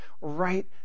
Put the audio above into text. right